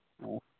ᱚ